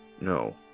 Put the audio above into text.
No